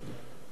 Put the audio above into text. כי עוד הפעם,